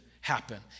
happen